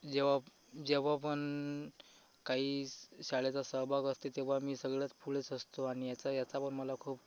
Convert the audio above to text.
जेव्हाजेव्हा पण काही स शाळेचा सहभाग असते तेव्हा मी सगळ्यात पुढेच असतो आणि याचा याचा पण मला खूप